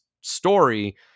story